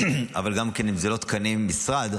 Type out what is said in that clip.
אבל גם אם אלה לא תקני משרד,